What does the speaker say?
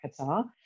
Qatar